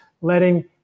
letting